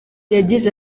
yagize